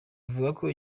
ivuga